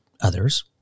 others